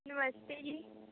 ਨਮਸਤੇ ਜੀ